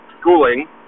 schooling